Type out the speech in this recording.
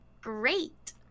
great